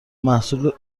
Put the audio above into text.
حصول